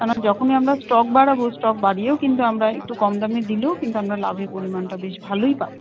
কেন যখনই আমরা স্টক বাড়াবো স্টক বাড়িয়েও কিন্তু আমরা একটু কম দামে দিলেও কিন্তু আমরা লাভের পরিমাণটা বেশ ভালোই পাবো